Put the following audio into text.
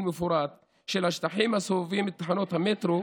מפורט של השטחים הסובבים את תחנות המטרו,